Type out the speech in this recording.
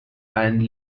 and